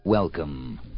Welcome